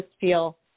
feel